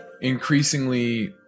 increasingly